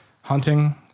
hunting